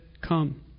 Come